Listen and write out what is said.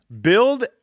build